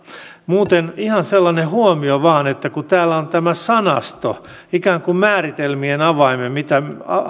muuten ihan sellainen huomio vain että kun täällä on tämä sanasto ikään kuin määritelmien